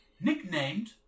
nicknamed